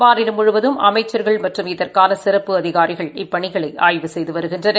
மாநிலம் முழுவதும் அமைச்சள்கள் மற்றும் இதற்கான சிறப்பு அதிகாரிகள் இப்பணிகளை அய்வு செய்து வருகின்றனர்